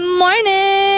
morning